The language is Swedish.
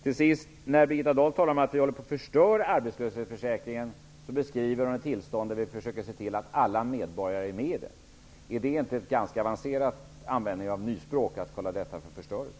Till sist: När Birgitta Dahl talar om att vi håller på att förstöra arbetslöshetsförsäkringen, så beskriver hon ett tillstånd där vi försöker se till att alla medborgare är med i den. Är det inte ett ganska avancerat användande och nyspråk att kalla detta för förstörelse?